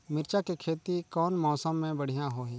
मिरचा के खेती कौन मौसम मे बढ़िया होही?